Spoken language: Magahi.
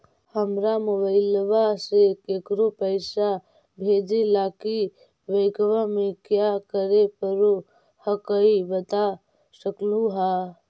हमरा मोबाइलवा से केकरो पैसा भेजे ला की बैंकवा में क्या करे परो हकाई बता सकलुहा?